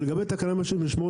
לגבי תקנה 168,